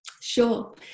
Sure